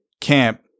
camp